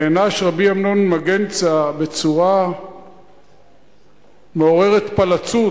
נענש רבי אמנון ממגנצא בצורה מעוררת פלצות,